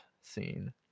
Scene